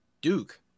Duke